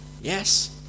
yes